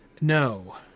No